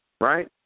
right